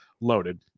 loaded